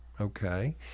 okay